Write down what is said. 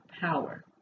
power